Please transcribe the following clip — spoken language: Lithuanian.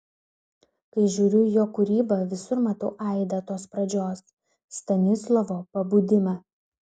kai žiūriu į jo kūrybą visur matau aidą tos pradžios stanislovo pabudimą